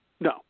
No